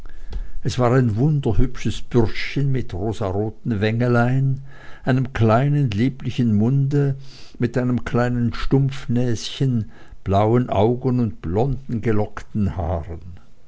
es war ein wunderhübsches bürschchen mit rosenroten wänglein einem kleinen lieblichen munde mit einem kleinen stumpfnäschen blauen augen und blonden gelockten haaren